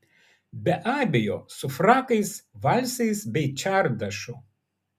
be abejo su frakais valsais bei čardašu